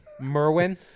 Merwin